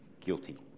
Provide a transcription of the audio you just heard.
guilty